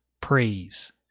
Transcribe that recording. praise